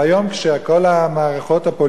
כשכל המערכות הפוליטיות,